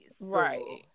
right